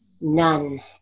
none